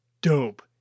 dope